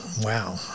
wow